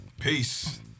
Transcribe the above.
peace